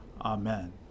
Amen